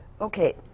Okay